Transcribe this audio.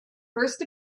first